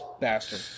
bastard